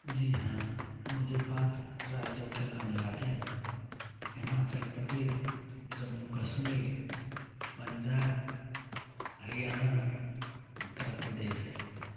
जी हाँ मुझे पाँच राज्यों के नाम याद हैं हिमाचल प्रदेश जम्मू कश्मीर पंजाब हरियाणा उत्तर प्रदेश